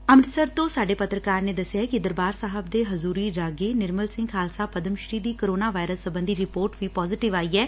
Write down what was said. ਅੰਮ੍ਤਿਤਸਰ ਤੋਂ ਸਾਡੇ ਪੱਤਰਕਾਰ ਨੇ ਦਸਿਐ ਕਿ ਦਰਬਾਰ ਸਾਹਿਬ ਦੇ ਹਜੁਰੀ ਰਾਗੀ ਨਿਰਮਲ ਸਿੰਘ ਖਾਲਸਾ ਪਦਮ ਸ੍ੀ ਦੀ ਕੋਰੋਨਾ ਵਾਇਰਸ ਸਬੰਧੀ ਰਿਪੋਰਟ ਵੀ ਪਾਜ਼ੇਟਿਵ ਆਈ ਐ